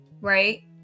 right